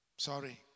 Sorry